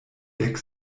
dek